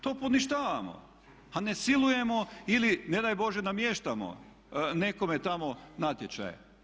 To poništavamo, a ne silujemo ili ne daj bože namještamo nekome tamo natječaje.